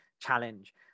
challenge